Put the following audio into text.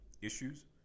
issues